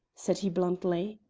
said he bluntly.